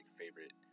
favorite